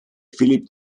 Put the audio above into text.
philip